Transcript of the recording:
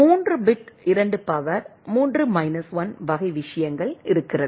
3 bit 2 power 3 minus 1 வகை விஷயங்கள் இருக்கிறது